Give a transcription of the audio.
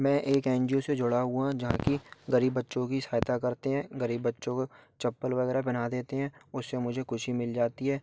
मैं एक N G O से जुड़ा हुआ जहाँ की गरीब बच्चों की सहायता करते हैं गरीब बच्चों को चप्पल वगैरह पहना देते हैं उससे मुझे ख़ुशी मिल जाती है